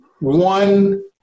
one